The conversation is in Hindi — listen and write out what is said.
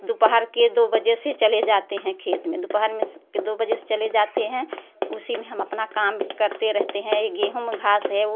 दोपहर के दो बजे से चले जाते हैं खेत में दोपहर में दो बजे से चले जाते हैं तो उसी में हम अपना काम करते रहेते हैं ये गेहूँ में घास है वो